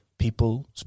People